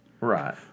Right